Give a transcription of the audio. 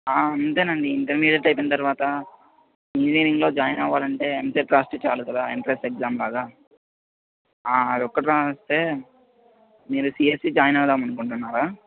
అంతేనండి ఇంటర్మీడియట్ అయిపోయిన తర్వాత ఇంజనీరింగ్లో జాయిన్ అవ్వాలంటే ఏంసెట్ రాస్తే చాలు కదా ఎంట్రన్స్ ఎగ్జామ్ బాగా అదొక్కటి రాస్తే మీరు సియస్ఈ జాయిన్ అవుదామని అనుకుంటున్నారా